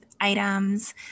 items